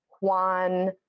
Juan